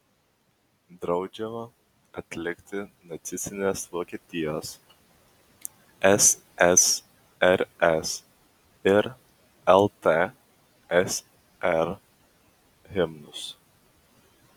draudžiama atlikti nacistinės vokietijos ssrs ir ltsr himnus